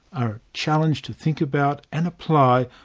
are challenged to think about, and apply,